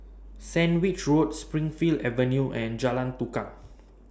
Sandwich Road Springleaf Avenue and Jalan Tukang